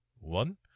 one